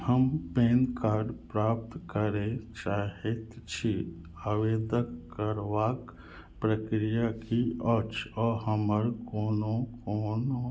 हम PAN card प्राप्त करै चाहै छी आवेदन करबाक प्रक्रिया कि अछि आओर हमर कोनो कोनो